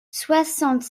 soixante